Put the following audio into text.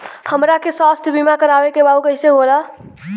हमरा के स्वास्थ्य बीमा कराए के बा उ कईसे होला?